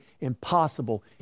impossible